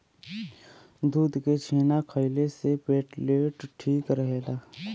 दूध के छेना खइले से प्लेटलेट ठीक रहला